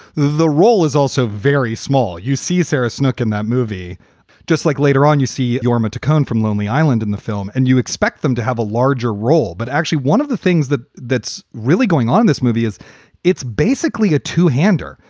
the role is also very small. you see, sarah snuck in that movie just like later on. you see jorma taccone from lonely island in the film and you expect them to have a larger role. but actually, one of the things that that's really going on in this movie is it's basically a two hander.